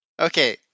Okay